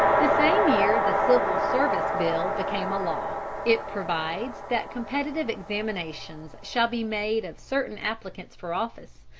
the same year the civil service bill became a law. it provides that competitive examinations shall be made of certain applicants for office,